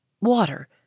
Water